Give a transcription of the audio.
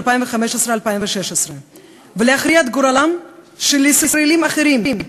2016 ולהכריע את גורלם של ישראלים אחרים,